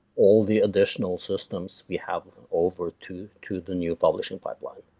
all the additional systems we have over to to the new publishing pipeline.